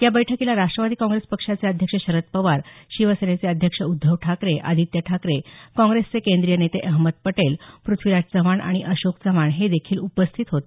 या बैठकीला राष्ट्रवादी काँग्रेस पक्षाचे अध्यक्ष शरद पवार शिवसेनेचे अध्यक्ष उद्धव ठाकरे आदित्य ठाकरे काँप्रेसचे केंद्रीय नेते अहमद पटेल प्रथ्वीराज चव्हाण आणि अशोक चव्हाण हे देखील उपस्थित आहेत